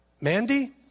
Mandy